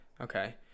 okay